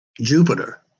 Jupiter